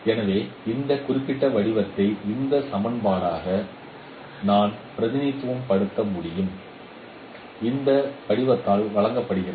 எனவே இந்த குறிப்பிட்ட வடிவத்தை இந்த சமன்பாடாக நான் பிரதிநிதித்துவப்படுத்த முடியும் இந்த படிவத்தால் வழங்கப்படுகிறது